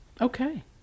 Okay